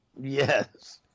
Yes